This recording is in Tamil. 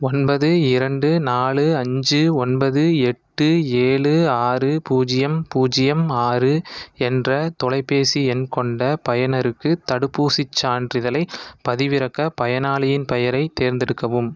ஒன்பது இரண்டு நாலு அஞ்சு ஒன்பது எட்டு ஏழு ஆறு பூஜ்ஜியம் பூஜ்ஜியம் ஆறு என்ற தொலைபேசி எண் கொண்ட பயனருக்கு தடுப்பூசிச் சான்றிதழைப் பதிவிறக்க பயனாளியின் பெயரைத் தேர்ந்தெடுக்கவும்